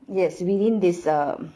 yes within this um